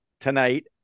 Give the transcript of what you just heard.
tonight